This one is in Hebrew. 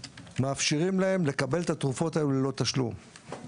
מאפשרים להם לקבל את התרופות האלה ללא תשלום,